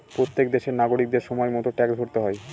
প্রত্যেক দেশের নাগরিকদের সময় মতো ট্যাক্স ভরতে হয়